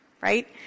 right